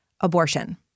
abortion